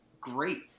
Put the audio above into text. great